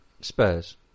Spurs